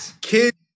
kids